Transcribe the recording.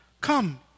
come